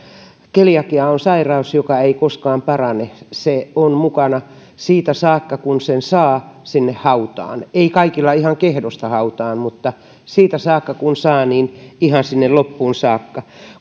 keliakia on sairaus joka ei koskaan parane se on mukana siitä saakka kun sen saa sinne hautaan ei kaikilla ihan kehdosta hautaan mutta siitä saakka kun sen saa ihan sinne loppuun saakka